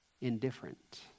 indifferent